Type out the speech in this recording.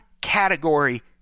category